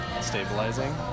stabilizing